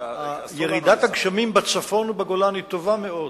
ירידת הגשמים בצפון ובגולן היא טובה מאוד.